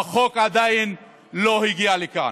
והחוק עדיין לא הגיע לכאן.